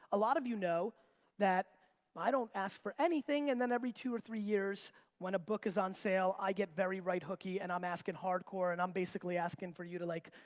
a lot of you know that i don't ask for anything and then every two or three years when a book is on sale, i get very right-hooky and i'm asking hardcore, and i'm basically asking for you to, like,